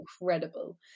incredible